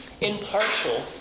impartial